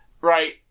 Right